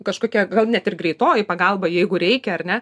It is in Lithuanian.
kažkokia gal net ir greitoji pagalba jeigu reikia ar ne